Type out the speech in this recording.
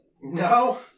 No